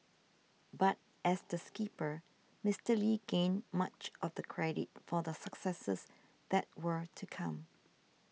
but as the skipper Mister Lee gained much of the credit for the successes that were to come